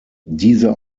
diese